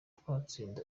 twatsinda